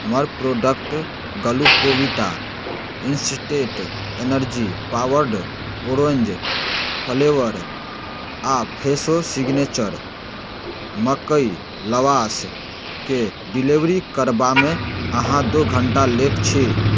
हमर product Glucovita instant energy powered orange flavour आ Fresho signature मकइ लवाश के डिलीवरी करबामे अहाँ दू घण्टा लेट छी